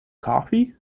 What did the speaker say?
coffee